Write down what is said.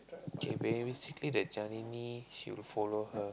K basically they're telling me she'll follow her